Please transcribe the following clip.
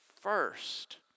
first